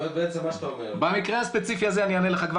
למקרה הספציפי הזה אני אענה לך כבר